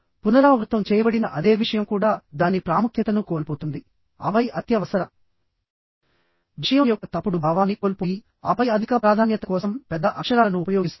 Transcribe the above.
పునరావృతం చేయబడిన అదే విషయం కూడా దాని ప్రాముఖ్యతను కోల్పోతుంది ఆపై అత్యవసర విషయం యొక్క తప్పుడు భావాన్ని కోల్పోయి ఆపై అధిక ప్రాధాన్యత కోసం పెద్ద అక్షరాలను ఉపయోగిస్తుంది